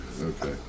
Okay